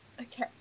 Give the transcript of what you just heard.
Okay